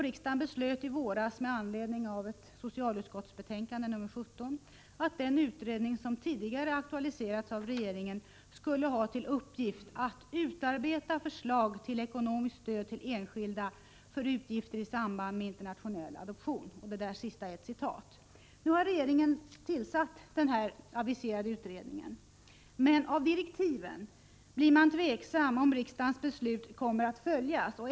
Riksdagen beslöt i våras med anledning av socialutskottets betänkande 1984/85:17 att den utredning som tidigare aktualiserats av regeringen skulle ha till uppgift ”att utarbeta förslag till ekonomiskt stöd till enskilda för utgifter i samband med en internationell adoption”. Nu har regeringen tillsatt denna aviserade utredning. Men när man tar del av direktiven blir man tveksam om riksdagens beslut kommer att följas.